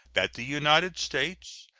that the united states,